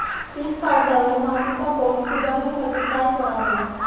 पीक काढल्यावर मातीचा पोत सुधारण्यासाठी काय करावे?